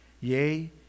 Yea